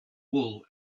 wool